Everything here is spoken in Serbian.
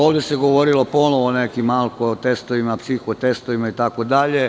Ovde se govorilo ponovo o nekim alko-testovima, psiho-testovima itd.